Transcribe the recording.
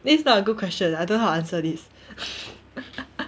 this is not a good question I don't know how to answer this